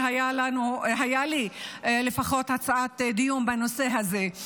שלי לפחות הייתה הצעת דיון בנושא הזה.